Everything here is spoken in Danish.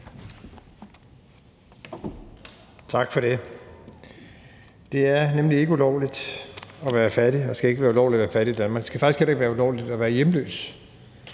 Tak for det. Det er nemlig ikke ulovligt at være fattig, og det skal ikke være ulovligt at være fattig i Danmark. Det skal faktisk heller ikke være ulovligt at være hjemløs.